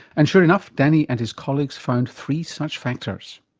and sure enough, danny and his colleagues found three such factors.